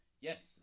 Yes